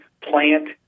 plant